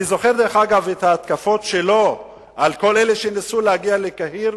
אני זוכר את ההתקפות שלו על כל אלה שניסו להגיע לקהיר